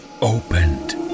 opened